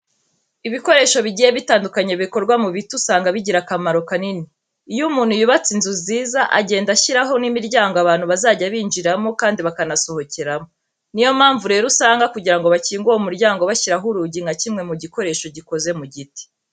Ibikoresho bigiye bitandukanye bikorwa mu biti usanga bigira akamaro kanini. Iyo umuntu yubatse inzu nziza agenda ashyiraho n'imiryango abantu bazajya binjiriramo kandi bakanasohokeramo. Niyo mpamvu rero usanga kugira ngo bakinge uwo muryango bashyiraho urugi nka kimwe mu gikoresho gikoze mu giti.